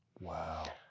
Wow